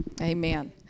amen